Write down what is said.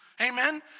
Amen